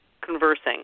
conversing